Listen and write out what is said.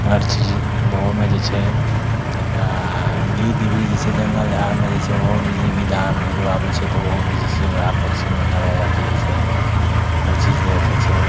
हर चीज ओहोमे जे छै गिद्ध भी जे छै जङ्गल झाड़मे जे छै ओहोमे जे छै गिद्ध आब आओर छै तऽ ओहो भी जे छै ओएह पक्षीमे अथी लड़ाइ होइ छै हर चीज जे देखै छै